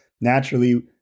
naturally